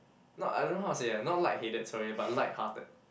not I don't how to say ah not light-headed sorry but lighthearted